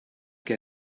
què